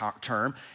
term